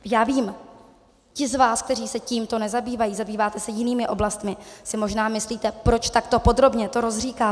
Já vím, ti z vás, kteří se tímto nezabývají, zabýváte se jinými oblastmi, si možná myslíte, proč takto podrobně to rozříkávám.